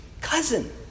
cousin